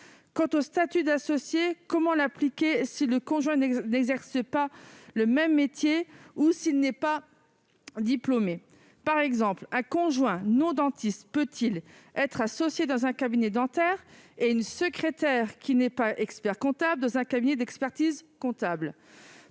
Quant au statut d'associé, comment l'appliquer si le conjoint n'exerce pas le même métier ou s'il n'est pas diplômé ? Par exemple, un conjoint non-dentiste peut-il être associé dans un cabinet dentaire et une secrétaire qui n'est pas expert-comptable peut-elle être associée dans un cabinet d'expertise comptable ?